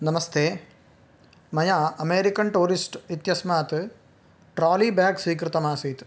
नमस्ते मया American tourist इत्यस्मात् ट्रालिब्याग् स्वीकृतमासीत्